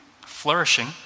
flourishing